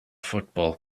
football